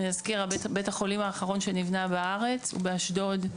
בית החולים האחרון במשך 30 שנה שנבנה בארץ הוא באשדוד.